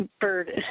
bird